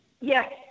Yes